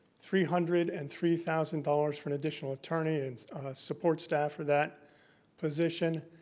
three hundred and three thousand dollars for an additional attorney and support staff for that position,